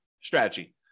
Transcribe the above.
strategy